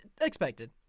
expected